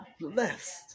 blessed